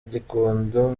gikondo